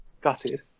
gutted